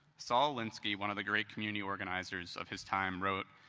saul alinsky, one of the great community organizers of his time, wrote,